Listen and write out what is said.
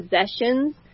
possessions